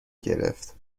گرفت